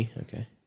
Okay